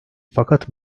fakat